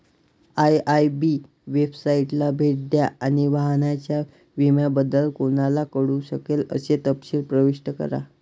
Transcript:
IIB वेबसाइटला भेट द्या आणि वाहनाच्या विम्याबद्दल कोणाला कळू शकेल असे तपशील प्रविष्ट करा